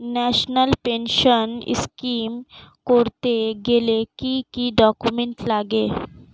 National pension scheme করতে গেলে কি কি ডকুমেন্ট লাগে?